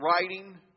writing